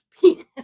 penis